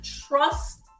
trust